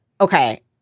okay